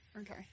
Okay